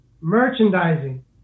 merchandising